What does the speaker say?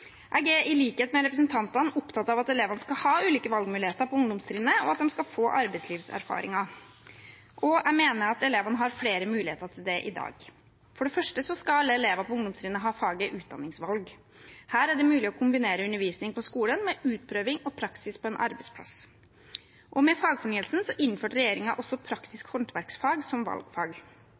Jeg er i likhet med representantene opptatt av at elevene skal ha ulike valgmuligheter på ungdomstrinnet, og at de skal få arbeidslivserfaring. Jeg mener at elevene har flere muligheter til det i dag. For det første skal alle elever på ungdomstrinnet ha faget utdanningsvalg. Her er det mulig å kombinere undervisning på skolen med utprøving og praksis på en arbeidsplass. Med fagfornyelsen innførte regjeringen også praktisk håndverksfag som valgfag.